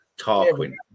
Tarquin